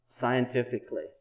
scientifically